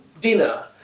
dinner